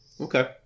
Okay